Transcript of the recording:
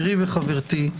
וחברתי,